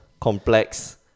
complex